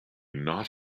not